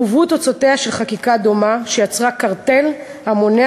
הובאו תוצאותיה של חקיקה דומה שיצרה קרטל המונע